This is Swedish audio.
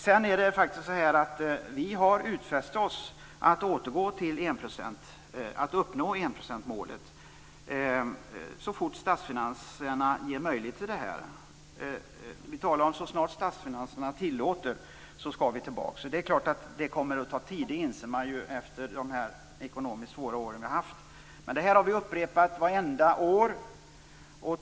Sedan är det faktiskt så att vi har utfäst oss att återgå till att uppnå enprocentsmålet så fort statsfinanserna ger möjlighet till det. Vi talar om att vi skall gå tillbaka så snart statsfinanserna tillåter det. Det är klart att det kommer att ta tid, det inser man ju, efter de ekonomiskt svåra år som vi har haft. Det här har vi upprepat vartenda år.